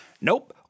nope